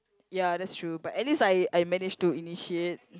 ya that's true but at least I I manage to initiate